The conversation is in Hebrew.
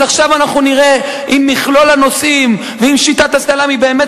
אז עכשיו אנחנו נראה אם מכלול הנושאים ואם שיטת הסלאמי באמת